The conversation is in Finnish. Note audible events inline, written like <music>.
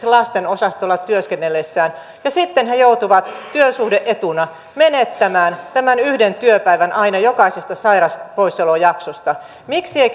<unintelligible> lasten osastolla työskennellessään ja sitten he joutuvat työsuhde etuna menettämään tämän yhden työpäivän aina jokaisesta sairauspoissaolojaksosta miksi ei <unintelligible>